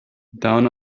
down